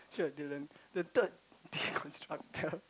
<UNK the third deconstruction